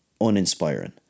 uninspiring